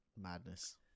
Madness